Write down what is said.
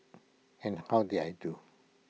and how did I do